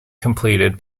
completed